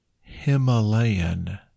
Himalayan